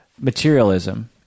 Materialism